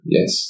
Yes